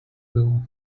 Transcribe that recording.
było